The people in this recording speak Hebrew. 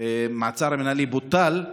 המעצר המינהלי בוטל,